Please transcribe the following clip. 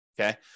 okay